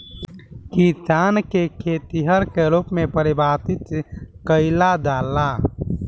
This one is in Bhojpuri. किसान के खेतिहर के रूप में परिभासित कईला जाला